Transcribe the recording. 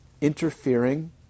Interfering